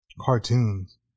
cartoons